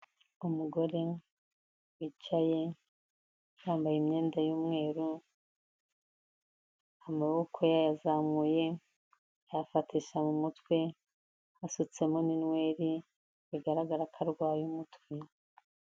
Umugore wicaye yambaye imyenda y’umweru amaboko ye yayazamuye ayafatisha mu mutwe, hasutsemo n’inweri bigaragara ko arwaye umutwe.